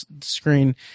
screen